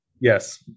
yes